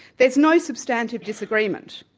there's no substantive disagreement,